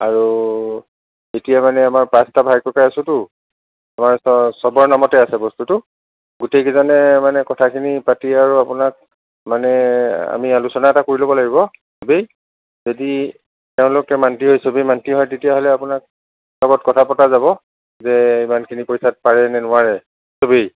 আৰু এতিয়া মানে আমাৰ পাঁচটা ভাই ককাই আছোঁটো আমাৰ চ সবৰে নামতে আছে বস্তুটো গোটেইকেইজনে মানে কথাখিনি পাতি আৰু আপোনাক মানে আমি আলোচনা এটা কৰি ল'ব লাগিব ভাবি যদি তেওঁলোকে মান্তি হয় সবেই মান্তি হয় তেতিয়াহ'লে আপোনাৰ লগত কথা পতা যাব যে ইমানখিনি পইচাত পাৰে নে নোৱাৰে সবেই